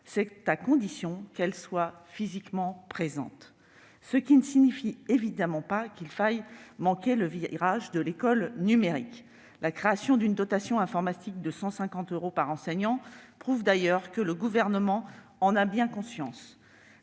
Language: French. c'est à la condition qu'elle soit physiquement présente. Ce qui ne signifie évidemment pas qu'il faille manquer le virage de l'école numérique. La création d'une dotation informatique de 150 euros par enseignant prouve d'ailleurs que le Gouvernement en a bien conscience.